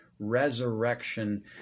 resurrection